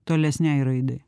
tolesnei raidai